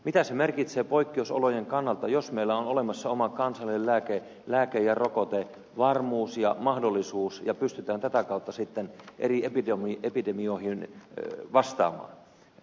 mitä se merkitsee poikkeusolojen kannalta jos meillä on olemassa oma kansallinen lääke ja rokotevarmuus ja mahdollisuus ja pystytään tätä kautta sitten eri epidemioihin vastaamaan